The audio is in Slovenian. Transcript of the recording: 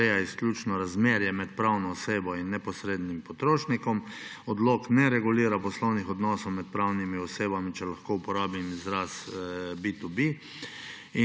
Ureja izključno razmerje med pravno osebo in neposrednim potrošnikom. Odlok ne regulira poslovnih odnosov med pravnimi osebami, če lahko uporabim izraz B2B.